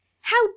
How